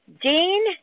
Dean